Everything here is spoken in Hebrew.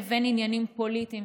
לבין עניינים פוליטיים,